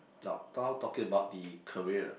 now tal~ talking about the career